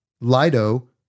Lido